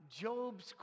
Job's